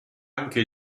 anche